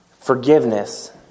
Forgiveness